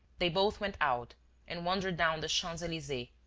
they both went out and wandered down the champs-elysees,